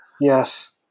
Yes